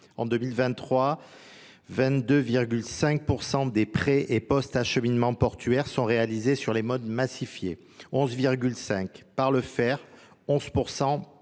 En 2023, 22,5% des prêts et post-acheminements portuaires sont réalisés sur les modes massifiés. 11,5% par le fer, 11%